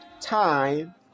time